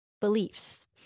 beliefs